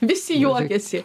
visi juokiasi